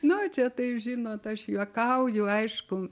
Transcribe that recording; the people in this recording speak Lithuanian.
na čia tai žinot aš juokauju aišku